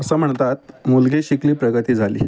असं म्हणतात मुलगे शिकली प्रगती झाली